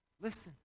Listen